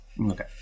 Okay